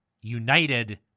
united